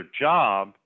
job